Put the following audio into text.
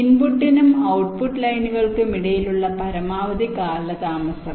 ഇൻപുട്ടിനും ഔട്ട്പുട്ട് ലൈനുകൾക്കുമിടയിലുള്ള പരമാവധി കാലതാമസം